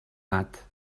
gat